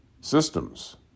systems